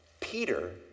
Peter